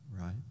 right